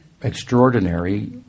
extraordinary